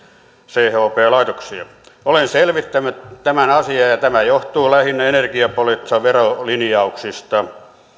chp laitoksia olen selvittänyt tämän asian ja tämä johtuu lähinnä energiapoliittisista verolinjauksista